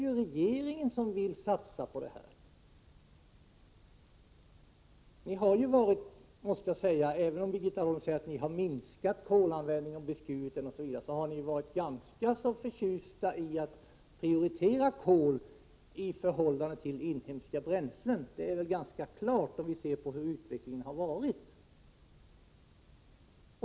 Birgitta Dahl säger att socialdemokraterna nu minskat kolanvändningen, men ni har ju varit ganska förtjusta i att prioritera kol i förhållande till inhemska bränslen. Det är ganska klart då vi ser hur utvecklingen varit.